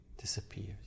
disappears